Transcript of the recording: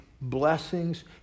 blessings